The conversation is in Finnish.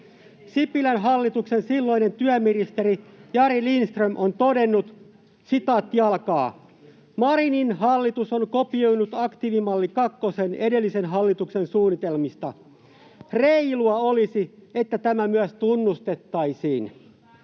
Sipilän hallituksen silloinen työministeri Jari Lindström on todennut: ”Marinin hallitus on kopioinut aktiivimalli kakkosen edellisen hallituksen suunnitelmista. Reilua olisi, että tämä myös tunnustettaisiin.